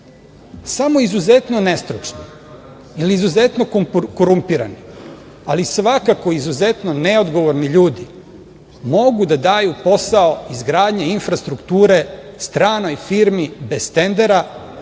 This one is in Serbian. izuzetno nestručni ili izuzetno korumpirani, ali svakako izuzetno neodgovorni ljudi mogu da daju posao izgradnje infrastrukture stranoj firmi bez tendera